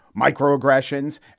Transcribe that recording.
microaggressions